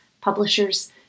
publishers